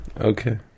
Okay